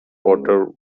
potter